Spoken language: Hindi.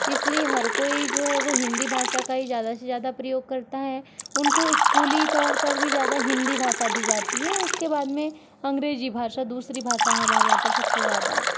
इसलिए हर कोई जो है वो हिन्दी भाषा का ही ज़्यादा से ज़्यादा प्रयोग करता है उनको स्कूली तौर पर भी ज़्यादा हिन्दी भाषा दी जाती है उसके बाद मे अंग्रेजी भाषा दूसरी हमारे यहाँ पर सबसे ज़्यादा है